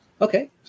Okay